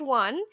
one